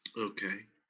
okay.